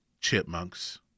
Chipmunks